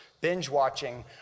binge-watching